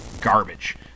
garbage